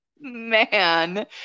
man